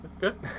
Good